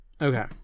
Okay